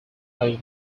have